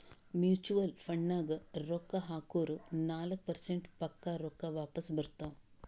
mutual ಫಂಡ್ನಾಗ್ ರೊಕ್ಕಾ ಹಾಕುರ್ ನಾಲ್ಕ ಪರ್ಸೆಂಟ್ರೆ ಪಕ್ಕಾ ರೊಕ್ಕಾ ವಾಪಸ್ ಬರ್ತಾವ್